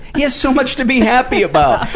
he has so much to be happy about!